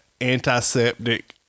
Antiseptic